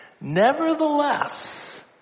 Nevertheless